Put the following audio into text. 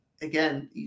again